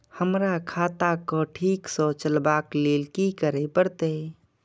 हमरा खाता क ठीक स चलबाक लेल की करे परतै